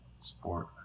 Sport